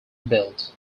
belt